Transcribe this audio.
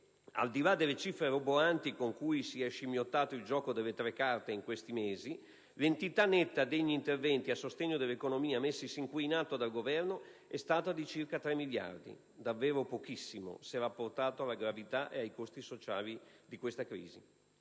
al di là delle cifre roboanti con cui si è scimmiottato il gioco delle tre carte negli ultimi mesi, l'entità netta degli interventi a sostegno dell'economia, messi sin qui in atto dal Governo, è stata di circa 3 miliardi: davvero pochissimo se rapportato alla gravità e ai costi sociali della crisi.